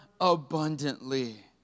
abundantly